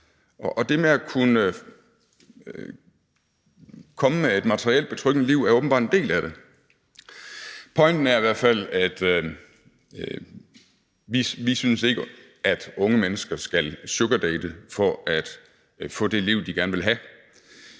og det med at kunne komme med et materielt betryggende liv er åbenbart en del af det. Pointen er i hvert fald, at vi ikke synes, at unge mennesker skal sugardate for at få det liv, de gerne vil have,